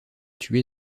tuée